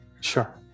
sure